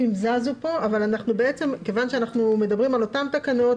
זזו פה אבל מכיוון שאנחנו מדברים על אותן תקנות,